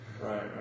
right